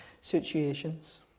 situations